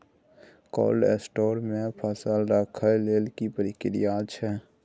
Cold store मे फसल रखय लेल की प्रक्रिया अछि?